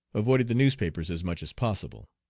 avoided the newspapers as much as possible.